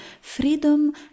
freedom